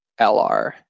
LR